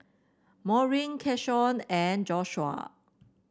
Maurine Keshawn and Joshuah